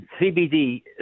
CBD